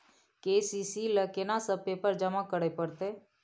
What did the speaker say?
KCC ल केना सब पेपर जमा करै परतै?